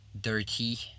dirty